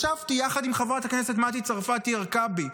ישבתי יחד עם חברת הכנסת מטי צרפתי הרכבי,